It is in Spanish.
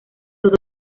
todos